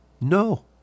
no